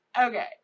okay